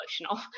emotional